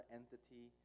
entity